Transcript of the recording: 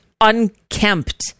unkempt